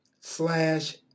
slash